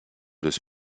des